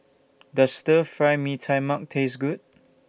Does Stir Fry Mee Tai Mak Taste Good